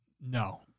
No